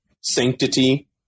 sanctity